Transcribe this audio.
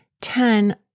Ten